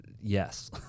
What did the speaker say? yes